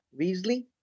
Weasley